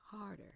harder